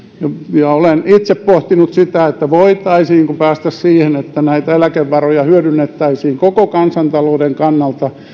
olen itse pohtinut sitä voitaisiinko päästä siihen että eläkevaroja hyödynnettäisiin koko kansantalouden kannalta